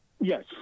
Yes